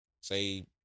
say